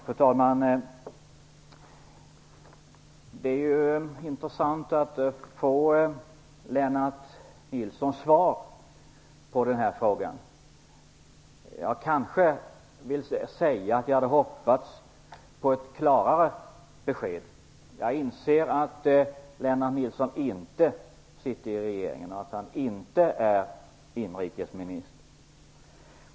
Fru talman! Det är intressant att få Lennart Nilssons svar på frågan. Jag hade kanske hoppats på ett klarare besked. Jag inser att Lennart Nilsson inte sitter i regeringen och att han inte är inrikesminister.